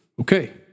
Okay